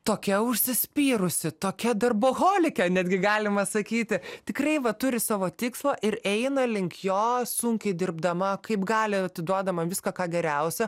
tokia užsispyrusi tokia darboholikė netgi galima sakyti tikrai va turi savo tikslą ir eina link jo sunkiai dirbdama kaip gali atiduodama viską ką geriausia